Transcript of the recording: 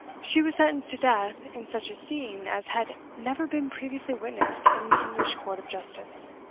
she was sentenced to death in such a scene as had never been previously witnessed in an english court of justice.